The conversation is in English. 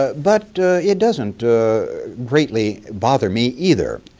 but it doesn't greatly bother me, either.